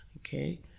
okay